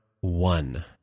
one